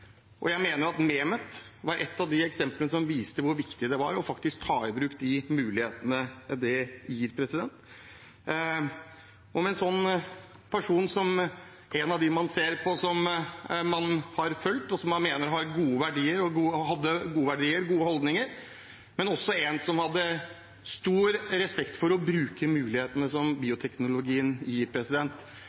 og jeg mener at Mehmet var et av eksemplene som viste hvor viktig det var å ta i bruk de mulighetene det gir. Med en slik person i minne, som en av dem man har fulgt, og som man mener hadde gode verdier og gode holdninger, men også stor respekt for å bruke mulighetene som bioteknologien gir,